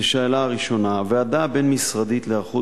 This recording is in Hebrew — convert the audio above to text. לשאלה הראשונה: הוועדה הבין-משרדית להיערכות